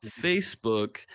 Facebook